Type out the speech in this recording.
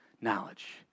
knowledge